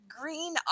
green